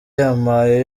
yampaye